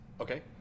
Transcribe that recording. Okay